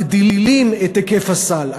מגדילים את היקף הסל,